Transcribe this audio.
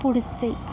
पुढचे